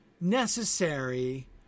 necessary